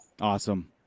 Awesome